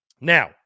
Now